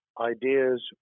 ideas